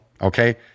okay